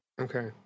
Okay